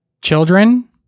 children